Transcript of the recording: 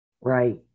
Right